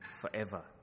forever